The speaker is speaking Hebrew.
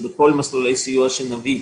שבכל מסלולי סיוע שנביא,